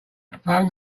phone